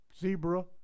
zebra